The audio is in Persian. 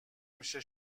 میشه